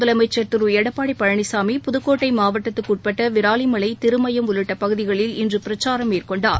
முதலமைச்சர் திரு எடப்பாடி பழனிசாமி புதுக்கோட்டை மாவட்டத்திற்குட்பட்ட விராலிமலை திருமயம் உள்ளிட்ட பகுதிகளில் இன்று பிரச்சாரம் மேற்கொண்டார்